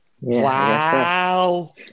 Wow